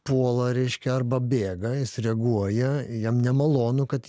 puola reiškia arba bėga jis reaguoja jam nemalonu kad